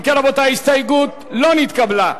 אם כן, רבותי, ההסתייגות לא נתקבלה.